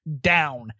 down